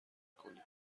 کنید